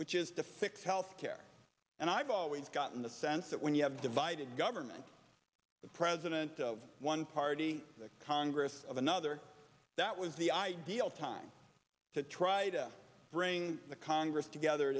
which is to fix health care and i've always gotten the sense that when you have divided government the president of one party congress of another that was the ideal time to try to bring the congress together